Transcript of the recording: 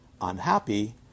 unhappy